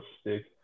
stick